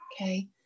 Okay